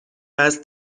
است